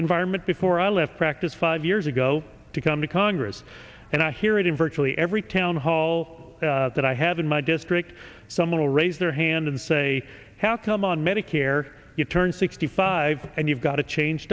environment before i left practice five years ago to come to congress and i hear it in virtually every town hall that i have in my district someone will raise their hand and say how come on medicare you turn sixty five and you've got to change